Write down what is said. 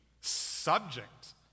subject